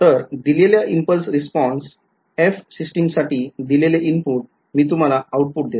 तर दिलेला impulse response f सिस्टिमसाठी दिलेलं इनपुटमी तुम्हाला आउटपुट देतो